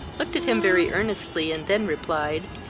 looked at him very earnestly, and then replied,